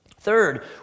Third